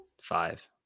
Five